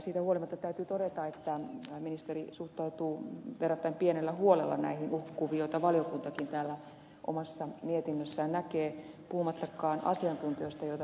siitä huolimatta täytyy todeta että ministeri suhtautuu verrattain pienellä huolella näihin uhkakuviin joita valiokuntakin täällä omassa mietinnössään näkee puhumattakaan asiantuntijoista joita valiokunta on kuullut